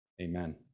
Amen